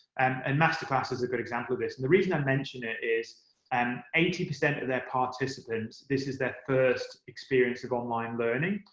and masterclass is a good example of this. and the reason i mention it is and eighty percent of their participants this is their first experience of online learning.